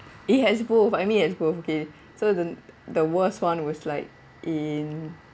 it has both I mean it has both okay so then the worst [one] was like in